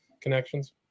connections